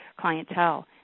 clientele